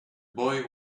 boy